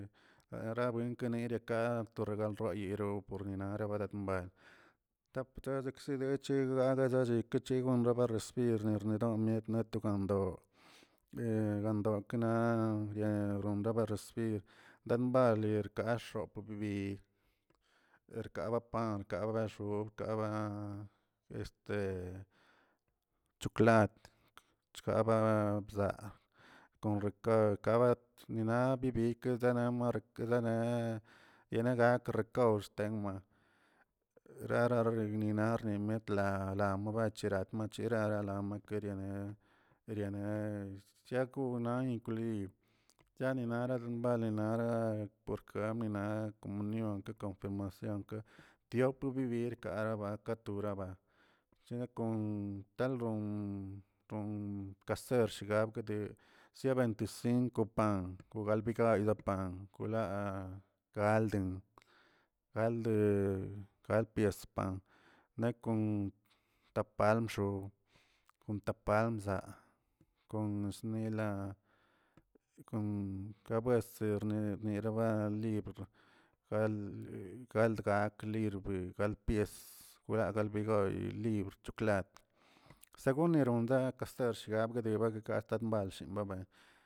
Ra buenkenerika ral to reyeraw reyeroꞌ pornirara barak mbay tap dekzidene cheꞌ bdadachekeꞌ li gongaba recibirni medon miet kabaydo le wendokna wronraba recibir dan bali rkaa xop bibi erpaba parka bexob kava este choklat chkaba bza kon rekarg sikina bibikina mark denea yirna gak rekawxt gara reknilaa nimetla laa mobet la chira chirara lamakerierene eriene chiabko ina ibib chianinara nara por kaminar komunio ke confirmacionke tiop bibil karabaka turaba cheko tal ron ton kasershgue sea veniticinco kogalbigaylan koo laa galden gald pies pan nekon tapal wxon kon tapal bzaa kon osnila kon kabueserni damnierala libr gald galdgak ribə gal ´pies gal galbigayꞌ libr choklat según nironsakə gaxshap diba diga stanlshin babay.